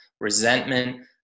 Resentment